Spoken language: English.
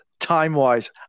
Time-wise